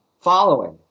following